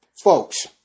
folks